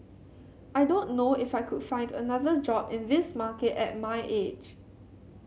I don't know if I could find another job in this market at my age